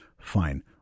fine